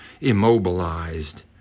immobilized